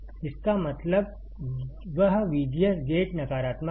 इसका मतलब वह VGS गेट नकारात्मक है